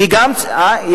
אני מביא לך אותו.